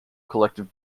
collective